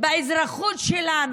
באזרחות שלנו,